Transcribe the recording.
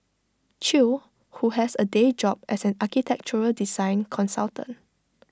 chew who has A day job as an architectural design consultant